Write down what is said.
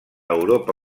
europa